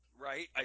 right